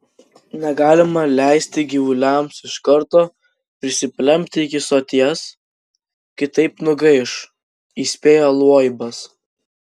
negalima leisti gyvuliams iš karto prisiplempti iki soties kitaip nugaiš įspėjo loibas